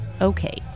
okay